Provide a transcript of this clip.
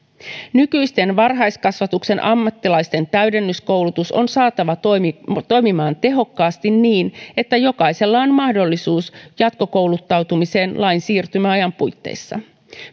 nykyisten varhaiskasvatuksen ammattilaisten täydennyskoulutus on saatava toimimaan tehokkaasti niin että jokaisella on mahdollisuus jatkokouluttautumiseen lain siirtymäajan puitteissa